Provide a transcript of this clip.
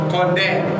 Condemn